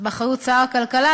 זה באחריות שר הכלכלה,